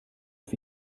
auf